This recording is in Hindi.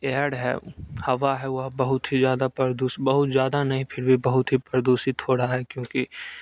एयड़ है हवा है वह बहुत ही ज़्यादा प्रदूष बहुत ज़्यादा नहीं फिर भी बहुत ही प्रदूषित हो रहा है क्योंकि